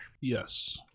yes